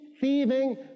thieving